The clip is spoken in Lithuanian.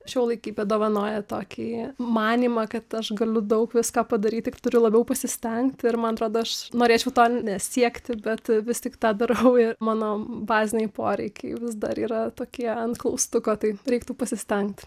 šiuolaikybė dovanoja tokį manymą kad aš galiu daug visko padaryt tik turiu labiau pasistengti ir man atrodo aš norėčiau to nesiekti bet vis tik tą darau ir mano baziniai poreikiai vis dar yra tokie ant klaustuko tai reiktų pasistengti